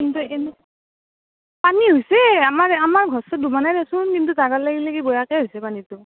কিন্তু এনেই পানী হৈছে আমাৰ আমাৰ ঘৰ চৰ ডুবানাই দেছোন কিন্তু জাগাক লেগি লেগি বয়াকৈ হৈছি পানীটো